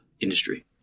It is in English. industry